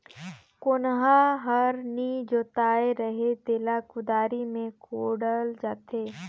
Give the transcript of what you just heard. कोनहा हर नी जोताए रहें तेला कुदारी मे कोड़ल जाथे